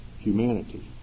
humanity